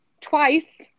twice